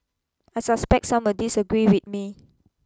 I suspect some will disagree with me